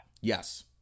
Yes